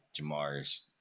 Jamar's